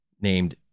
named